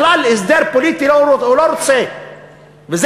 בכלל, הוא לא רוצה הסדר פוליטי.